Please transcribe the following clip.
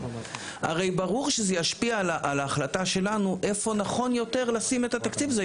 הרי ברור שזה ישפיע על ההחלטה שלנו איפה נכון יותר לשים את התקציב הזה,